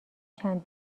چند